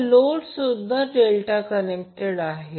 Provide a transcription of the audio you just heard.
तर लोड सुद्धा delta connected आहे